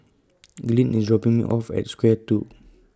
Glynn IS dropping Me off At Square two